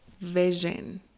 vision